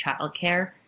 childcare